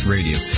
Radio